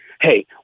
hey